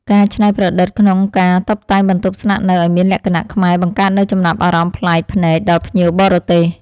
ការច្នៃប្រឌិតក្នុងការតុបតែងបន្ទប់ស្នាក់នៅឱ្យមានលក្ខណៈខ្មែរបង្កើតនូវចំណាប់អារម្មណ៍ប្លែកភ្នែកដល់ភ្ញៀវបរទេស។